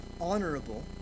honorable